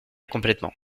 complètement